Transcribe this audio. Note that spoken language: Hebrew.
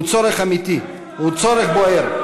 הוא צורך אמיתי, הוא צורך בוער.